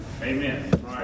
Amen